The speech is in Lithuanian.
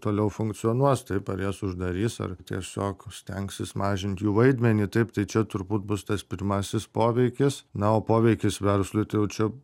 toliau funkcionuos taip ar jas uždarys ar tiesiog stengsis mažint jų vaidmenį taip tai čia turbūt bus tas pirmasis poveikis na o poveikis verslui tai jau čia